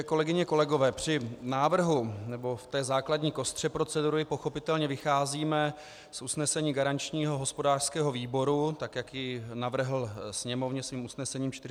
Kolegyně, kolegové, při návrhu nebo v té základní kostře procedury pochopitelně vycházíme z usnesení garančního hospodářského výboru, tak jak ji navrhl Sněmovně svým usnesením 471/4.